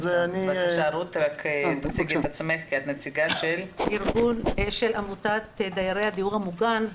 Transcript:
אני נציגה של עמותת דיירי הדיור המוגן.